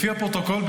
לפי הפרוטוקול,